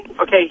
Okay